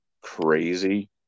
crazy